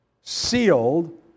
Sealed